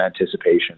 anticipation